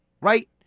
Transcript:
right